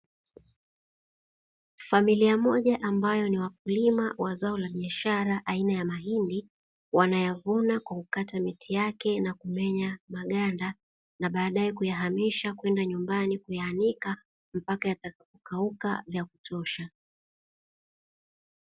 Familia moja ambayo ni wakulima wa zao la biashara aina ya mahindi, wanayavuna kwa kukata miti yake na kumenya maganda na baadaye kuyahamisha kwenda nyumbani kuyaanika mpaka yatakapokauka vya kutosha.